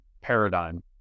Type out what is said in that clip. paradigm